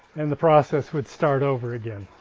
and the process would start over again.